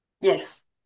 Yes